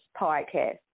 podcast